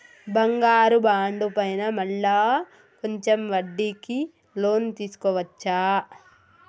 బంగారు బాండు పైన మళ్ళా కొంచెం వడ్డీకి లోన్ తీసుకోవచ్చా?